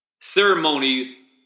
ceremonies